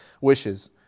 wishes